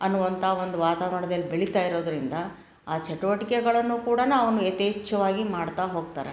ಅನ್ನುವಂಥ ಒಂದು ವಾತಾವರ್ಣದಲ್ಲಿ ಬೆಳಿತಾ ಇರೋದರಿಂದ ಆ ಚಟುವಟಿಕೆಗಳನ್ನು ಕೂಡಾ ಅವನ್ನು ಯಥೇಚ್ಛವಾಗಿ ಮಾಡ್ತಾ ಹೋಗ್ತಾರೆ